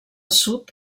sud